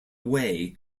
way